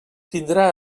tindrà